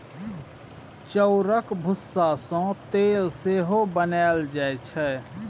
चाउरक भुस्सा सँ तेल सेहो बनाएल जाइ छै